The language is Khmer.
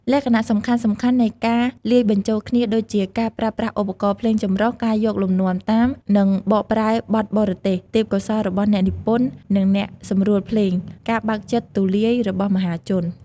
លក្ខណៈសំខាន់ៗនៃការលាយបញ្ចូលគ្នាដូចជា ការប្រើប្រាស់ឧបករណ៍ភ្លេងចម្រុះ ការយកលំនាំតាម និងបកប្រែបទបរទេស ទេពកោសល្យរបស់អ្នកនិពន្ធ និងអ្នកសម្រួលភ្លេង ការបើកចិត្តទូលាយរបស់មហាជន។